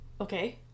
Okay